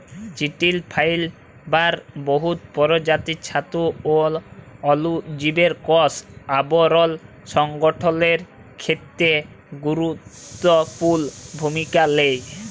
চিটিল ফাইবার বহুত পরজাতির ছাতু অ অলুজীবের কষ আবরল সংগঠলের খ্যেত্রে গুরুত্তপুর্ল ভূমিকা লেই